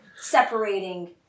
separating